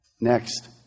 Next